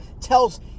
tells